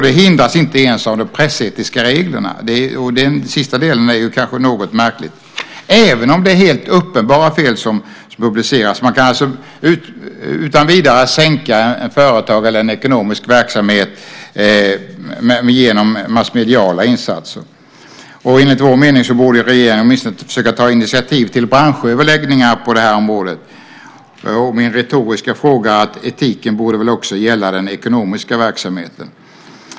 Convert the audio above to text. Det hindras inte ens av de pressetiska reglerna - det sista är kanske något märkligt - även om det är helt uppenbara fel som publiceras. Man kan alltså utan vidare sänka ett företag eller en ekonomisk verksamhet genom massmediala insatser. Enligt vår mening borde regeringen åtminstone försöka ta initiativ till branschöverläggningar på det här området. En retorisk fråga som jag har gäller etiken. Den borde väl också gälla den ekonomiska verksamheten.